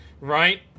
Right